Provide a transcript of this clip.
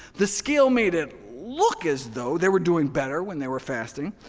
the scale made it look as though they were doing better when they were fasting,